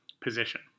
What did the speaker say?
position